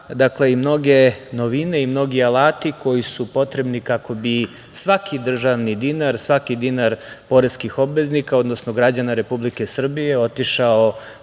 dakle, i mnoge novine i mnogi alati koji su potrebni kako bi svaki državni dinar, svaki dinar poreskih obveznika odnosno građana Republike Srbije otišao